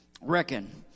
Reckon